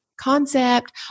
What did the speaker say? concept